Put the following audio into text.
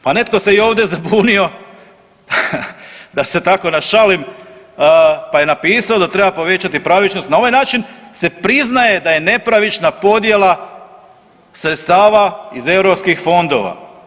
Pa netko se i ovdje zabunio, da se tako našalim, pa je napisao da treba povećati pravičnost, na ovaj način se priznaje da je nepravična podjela sredstava iz EU fondova.